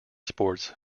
sports